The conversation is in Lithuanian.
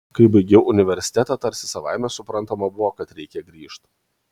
kai baigiau universitetą tarsi savaime suprantama buvo kad reikia grįžt